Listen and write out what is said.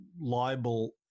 libel